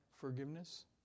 forgiveness